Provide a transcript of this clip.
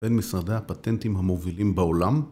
בין משרדי הפטנטים המובילים בעולם